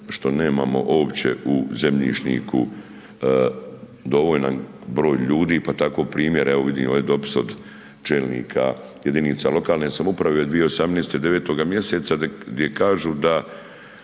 što nemamo uopće u zemljišniku dovoljan broj ljudi, pa tako primjer, evo, vidim ovaj dopis od čelnika jedinica lokalne samouprave 2018., 9. mj. gdje kažu da